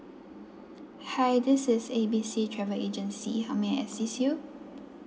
hi this is A B C travel agency how may I assist you